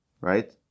right